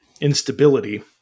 instability